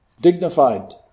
dignified